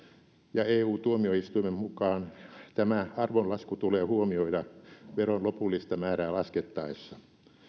ja eu tuomioistuimen mukaan tämä arvonlasku tulee huomioida veron lopullista määrää laskettaessa